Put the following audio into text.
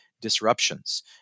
disruptions